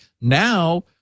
Now